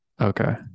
okay